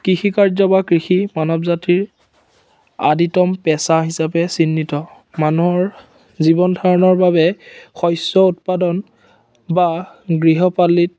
কৃষি কাৰ্য বা কৃষি মানৱ জাতিৰ আদিতম পেচা হিচাপে চিহ্ন মানুহৰ জীৱন ধাৰণৰ বাবে শস্য উৎপাদন বা গৃহপালিত